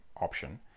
option